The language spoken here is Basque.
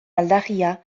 aldarria